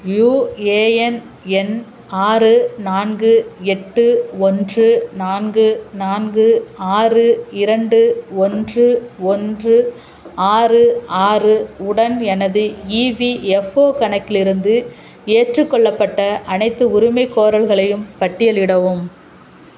UAN எண் ஆறு நான்கு எட்டு ஒன்று நான்கு நான்கு ஆறு இரண்டு ஒன்று ஒன்று ஆறு ஆறு உடன் எனது இபிஎஃப்ஓ கணக்கிலிருந்து ஏற்றுக்கொள்ளப்பட்ட அனைத்து உரிமைக்கோரல்களையும் பட்டியலிடவும்